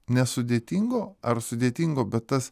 nesudėtingo ar sudėtingo bet tas